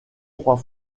trois